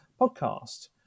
podcast